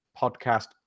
podcast